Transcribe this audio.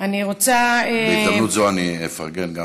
אני רוצה, בהזדמנות זו אני אפרגן גם